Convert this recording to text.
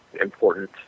important